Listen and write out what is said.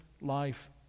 life